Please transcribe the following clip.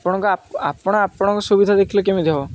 ଆପଣଙ୍କ ଆପଣ ଆପଣଙ୍କ ସୁବିଧା ଦେଖିଲେ କେମିତି ହବ